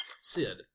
Sid